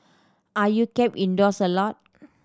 are you kept indoors a lot